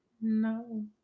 No